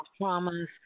traumas